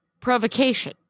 provocation